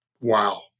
Wow